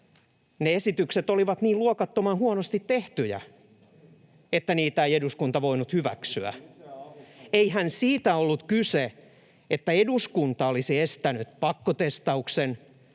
ne esitykset olivat niin luokattoman huonosti tehtyjä, että niitä ei eduskunta voinut hyväksyä. [Jussi Halla-aho: Lisää avustajia!] Eihän siitä ollut kyse, että eduskunta olisi estänyt pakkotestauksen,